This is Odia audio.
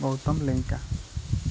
ଗୌତମ ଲେଙ୍କା